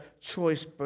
choice